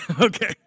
Okay